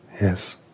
yes